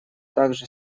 также